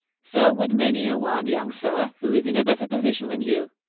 so would many a one, young sir, who is in a better position than you,